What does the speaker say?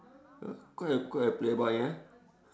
!huh! quite a quite a playboy ah